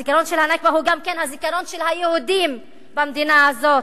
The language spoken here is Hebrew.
הזיכרון של ה"נכבה" הוא גם הזיכרון של היהודים במדינה הזאת.